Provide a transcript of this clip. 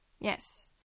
Yes